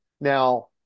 Now